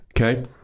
Okay